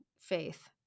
faith